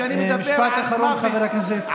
משפט אחרון, חבר הכנסת סעדי.